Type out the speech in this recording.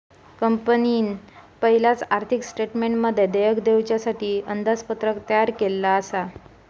कंपनीन पयलाच आर्थिक स्टेटमेंटमध्ये देयक दिवच्यासाठी अंदाजपत्रक तयार केल्लला आसा